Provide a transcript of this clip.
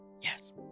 Yes